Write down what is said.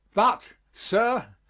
but, sir,